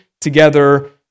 together